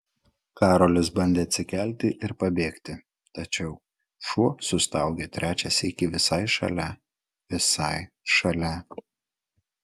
karolis bandė atsikelti ir pabėgti tačiau šuo sustaugė trečią sykį visai šalia visai šalia